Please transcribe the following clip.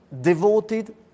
devoted